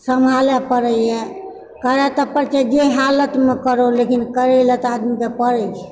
सम्हालऽ पड़ैए करय तऽ पड़ैत छै जे हालतमऽ करु लेकिन करयलऽ तऽ आदमीकऽ पड़ैत छै